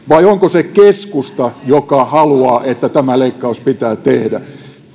vai onko se keskusta joka haluaa että tämä leikkaus pitää tehdä